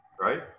right